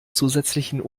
zusätzlichen